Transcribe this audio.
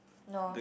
no